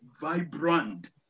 vibrant